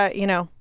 ah you know.